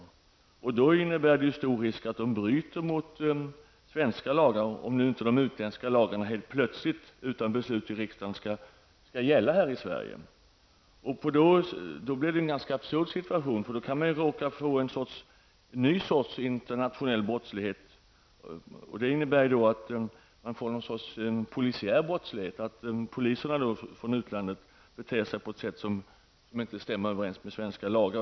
Det är då stor risk för att dessa poliser bryter mot svenska lagar, om nu inte de utländska lagarna helt plötsligt utan beslut i riksdagen skall gälla i Sverige. Det kan då uppstå en ganska absurd situation, eftersom man kan få en ny sorts internationell brottslighet, en polisiär brottslighet. Poliserna från utlandet beter sig kanske på ett sätt som inte stämmer överens med svenska lagar.